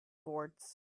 boards